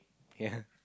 ya